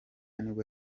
nibwo